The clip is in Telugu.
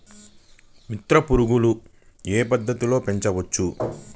మిత్ర పురుగులు ఏ పద్దతిలో పెంచవచ్చు?